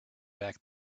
back